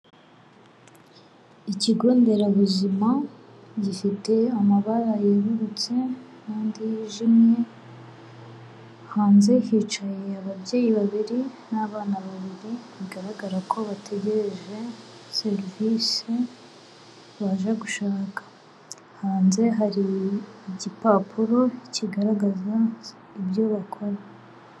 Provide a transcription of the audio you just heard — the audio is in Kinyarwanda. Ikigo nderabuzima gifite amabara yerurutse n'andi yijimye, hanze hicaye ababyeyi babiri n'abana babiri, bigaragara ko bategereje serivisi baje gushaka, hanze hari igipapuro kigaragaza ibyo bakora.